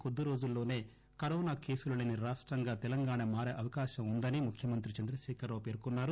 కొద్ది రోజుల్లోన కరోనా కేసులు లేని రాష్టంగా తెలంగాణ మారే అవకాశం ఉందని ముఖ్యమంత్రి చంద్రశేఖర రావు పేర్కొన్నారు